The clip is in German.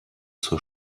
zur